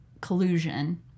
collusion